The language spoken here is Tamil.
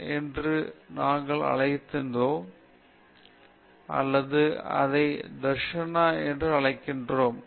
வேதவாக்கியங்கள் அதை தர்ஷனனென்று நாங்கள் அழைத்தோம் அல்லது அதை தர்ஷனா என்று அழைக்கிறோம்